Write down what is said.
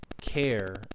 Care